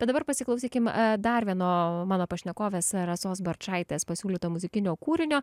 bet dabar pasiklausykim dar vieno mano pašnekovės rasos barčaitės pasiūlyto muzikinio kūrinio